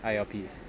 I_L_Ps